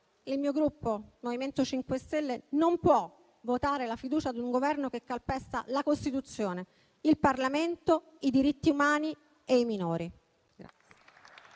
il mio Gruppo, il MoVimento 5 Stelle, non può votare la fiducia ad un Governo che calpesta la Costituzione, il Parlamento, i diritti umani e i minori.